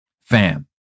Fam